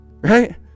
right